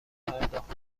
پرداخت